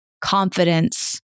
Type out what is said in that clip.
confidence